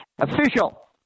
Official